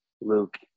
Luke